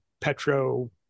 petro